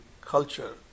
culture